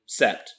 sept